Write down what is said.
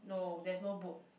no there's no boat